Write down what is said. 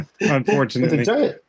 Unfortunately